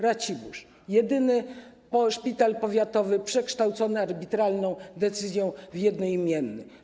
Racibórz - jedyny szpital powiatowy przekształcony arbitralną decyzją w jednoimienny.